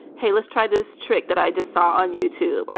hey, let's try this trick that i just saw on youtube.